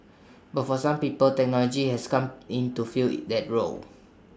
but for some people technology has come in to fill that role